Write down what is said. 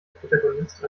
protagonist